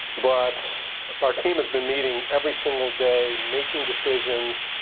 but our team has been meeting every single day, making decisions.